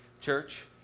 Church